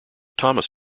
thomas